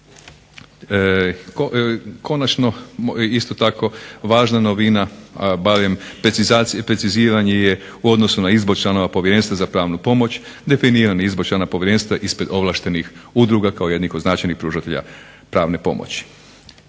Konačno, isto tako važno novina barem preciziranje je u odnosu na izbor članova Povjerenstva za pravnu pomoć, definirana … povjerenstva ispred ovlaštenih udruga kao jednih od značajnih pružatelja pravne pomoći.